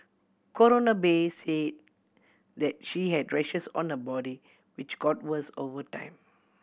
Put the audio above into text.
Coroner Bay say that she had rashes on her body which got worse over time